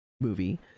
movie